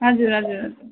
हजुर हजुर हजुर